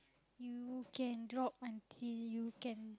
you can drop until you can